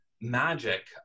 magic